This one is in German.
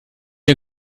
der